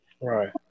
right